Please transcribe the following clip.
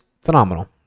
phenomenal